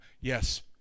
yes